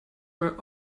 were